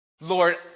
Lord